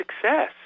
success